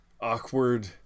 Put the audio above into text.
awkward